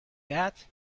that